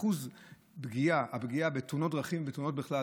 שאחוז הפגיעה בתאונות דרכים ובתאונות בכלל